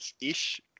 ish